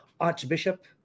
Archbishop